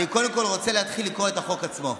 אני קודם כול רוצה להתחיל לקרוא את החוק עצמו.